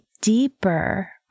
deeper